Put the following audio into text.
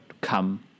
come